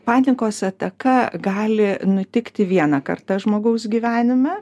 panikos ataka gali nutikti vieną kartą žmogaus gyvenime